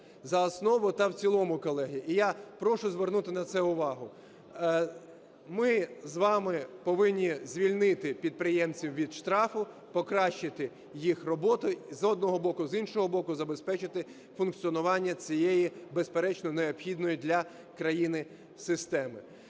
За основу та в цілому, колеги, і я прошу звернути на це увагу. Ми з вами повинні звільнити підприємців від штрафу, покращити їх роботу, з одного боку, а, з іншого боку, забезпечити функціонування цієї безперечно необхідної для країни системи.